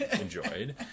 enjoyed